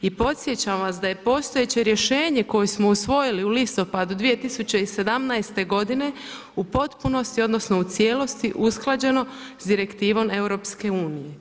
I podsjećam vas da je postojeće rješenje koje smo usvojili u listopadu 2017. godine u potpunosti, odnosno u cijelosti usklađeno sa direktivom EU.